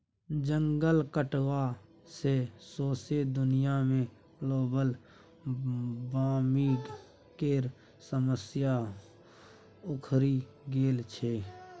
जंगल कटला सँ सौंसे दुनिया मे ग्लोबल बार्मिंग केर समस्या उखरि गेल छै